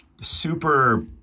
super